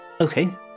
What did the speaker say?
Okay